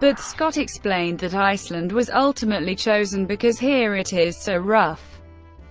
but scott explained that iceland was ultimately chosen, because here it is so rough